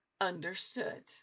Understood